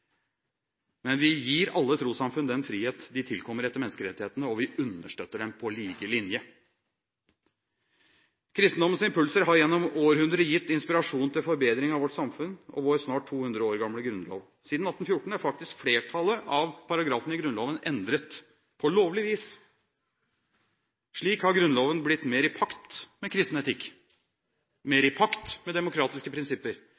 Men vi gir alle trossamfunn den frihet de tilkommer etter menneskerettighetene, og vi understøtter dem «paa lige Linje». Kristendommens impulser har gjennom århundrer gitt inspirasjon til forbedring av vårt samfunn og vår snart 200 år gamle grunnlov. Siden 1814 er faktisk flertallet av paragrafene i Grunnloven endret på lovlig vis. Slik har Grunnloven blitt mer i pakt med kristen etikk, mer i pakt med demokratiske prinsipper